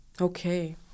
Okay